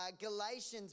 Galatians